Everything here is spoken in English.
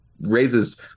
raises